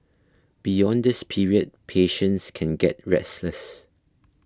beyond this period patients can get restless